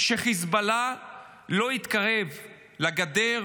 שחיזבאללה לא יתקרב לגדר,